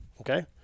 Okay